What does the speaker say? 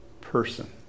person